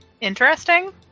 interesting